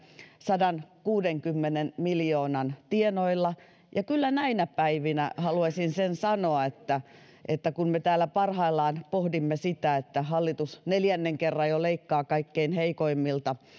sadankuudenkymmenen miljoonan tienoilla ja kyllä näinä päivinä haluaisin sen sanoa että että kun me täällä parhaillaan pohdimme sitä että hallitus neljännen kerran jo leikkaa kaikkein heikoimmilta